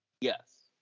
Yes